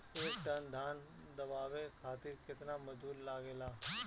एक टन धान दवावे खातीर केतना मजदुर लागेला?